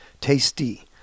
tasty